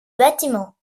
bâtiment